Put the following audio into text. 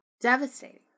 devastating